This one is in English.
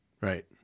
Right